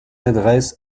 adresse